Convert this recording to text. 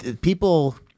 people